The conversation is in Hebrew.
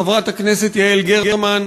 חברת הכנסת יעל גרמן.